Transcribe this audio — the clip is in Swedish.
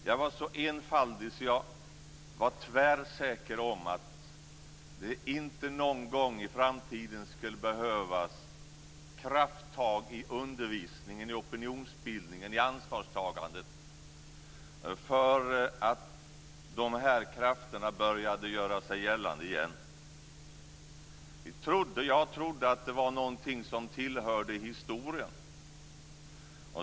Jag var så enfaldig att jag var tvärsäker på att det inte någon gång i framtiden skulle behövas krafttag i undervisningen, i opinionsbildningen, i ansvarstagandet därför att de här krafterna började göra sig gällande igen. Jag trodde att det var någonting som tillhörde historien.